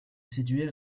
séduire